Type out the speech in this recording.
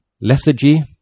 lethargy